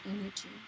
Energy